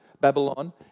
Babylon